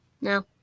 No